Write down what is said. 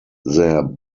their